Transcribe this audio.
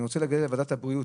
אני רוצה להגיע לוועדת הבריאות.